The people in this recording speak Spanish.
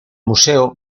museo